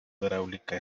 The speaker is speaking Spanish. hidráulica